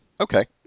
Okay